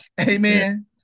Amen